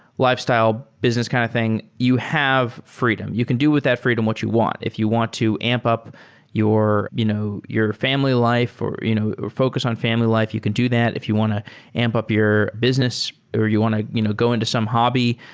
lifestyle business kind of thing, you have freedom. you can do with that freedom what you want. if you want to amp up your you know your family life or you know or focus on family life, you can do that. if you want to amp up your business or you want to you know go into some hobby,